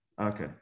Okay